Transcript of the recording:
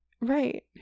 right